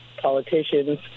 politicians